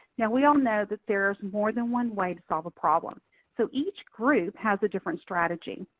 now we all know that there is more than one way to solve a problem, so each group has a different strategy.